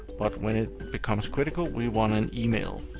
but when it becomes critical, we want an email.